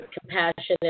compassionate